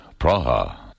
Praha